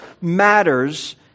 matters